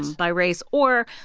by race or,